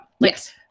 yes